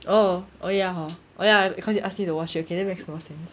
oh oh ya hor oh ya cause you asked me to watch it okay that makes more sense